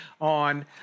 on